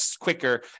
quicker